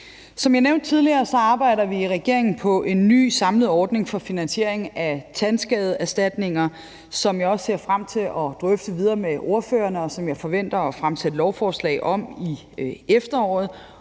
Som jeg nævnte tidligere, arbejder vi i regeringen på en ny samlet ordning for finansiering af tandskadeerstatninger, som jeg også ser frem til at drøfte videre med ordførerne, og som jeg forventer at fremsætte lovforslag om i efteråret.